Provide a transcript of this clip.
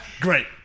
great